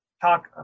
talk